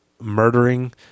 murdering